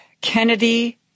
Kennedy